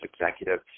executive